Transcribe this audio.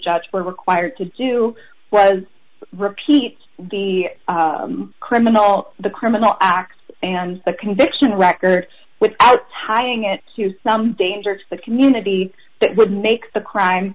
judges were required to do was repeat the criminal the criminal act and the conviction records without tying it to some danger to the community that would make the crime